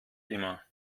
immer